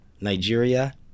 Nigeria